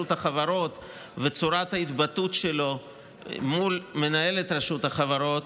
החברות וצורת ההתבטאות שלו מול מנהלת רשות החברות,